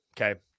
okay